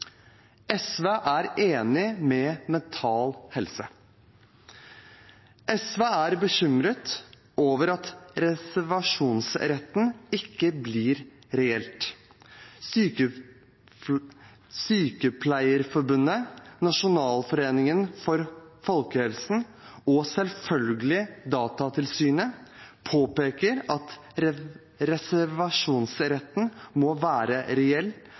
SV er enig med Mental Helse. SV er bekymret over at reservasjonsretten ikke blir reell. Sykepleierforbundet, Nasjonalforeningen for folkehelsen og selvfølgelig Datatilsynet påpeker at reservasjonsretten må være reell,